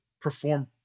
perform